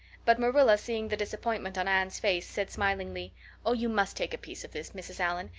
but marilla, seeing the disappointment on anne's face, said smilingly oh, you must take a piece of this, mrs. allan.